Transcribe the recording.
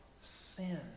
sin